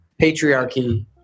patriarchy